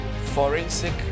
Forensic